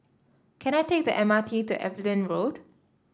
can I take the M R T to Evelyn Road